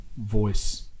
voice